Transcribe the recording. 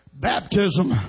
Baptism